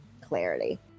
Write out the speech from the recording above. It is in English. clarity